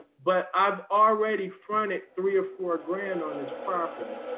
but i've already fronted three or four grand on this property.